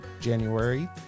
January